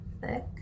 thick